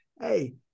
Hey